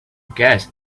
guess